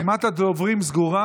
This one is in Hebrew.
רשימת הדוברים סגורה,